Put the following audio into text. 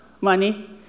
money